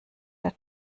der